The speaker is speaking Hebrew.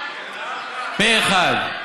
פה אחד.